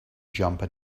jumper